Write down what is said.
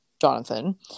Jonathan